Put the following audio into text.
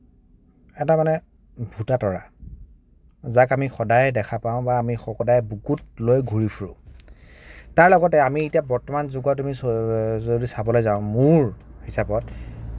এটা মানে ভোটাতৰা যাক আমি সদায় দেখা পাওঁ বা আমি সদায় বুকুত লৈ ঘূৰি ফুৰোঁ তাৰ লগতে আমি এতিয়া বৰ্তমান যুগত যদি চাবলৈ যাওঁ মোৰ হিচাপত